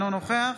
אינו נוכח